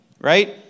right